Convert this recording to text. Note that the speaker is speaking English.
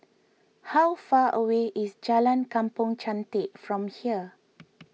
how far away is Jalan Kampong Chantek from here